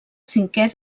cinquè